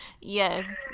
Yes